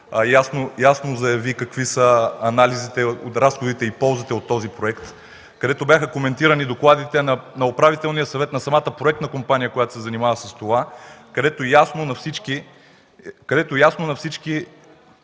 ясно заяви какви са анализите от разходите и ползите от този проект, където бяха коментирани докладите на управителния съвет на самата проектна компания, която се занимава с това, става ясно на всички,